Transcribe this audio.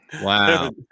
Wow